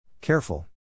Careful